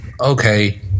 Okay